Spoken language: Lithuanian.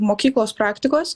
mokyklos praktikos